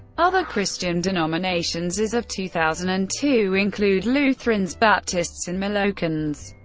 other christian denominations as of two thousand and two include lutherans, baptists and molokans.